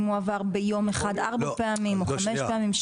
אם הוא עבר ביום אחד ארבע פעמים או חמש פעמים?